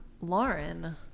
Lauren